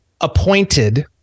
appointed